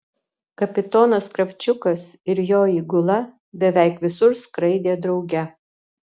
kapitonas kravčiukas ir jo įgula beveik visur skraidė drauge